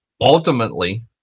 ultimately